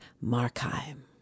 Markheim